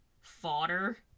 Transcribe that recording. fodder